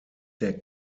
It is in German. der